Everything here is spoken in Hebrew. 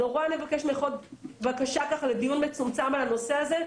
אני מבקשת דיון מצומצם בנושא הזה,